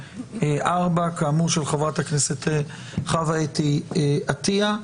פ/2884/24, כאמור של חה"כ חוה אתי עטייה.